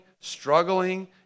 Struggling